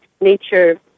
Nature